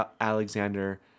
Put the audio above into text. Alexander